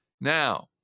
Now